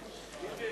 עצמאי),